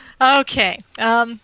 Okay